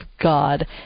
god